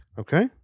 Okay